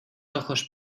ojos